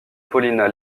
paulina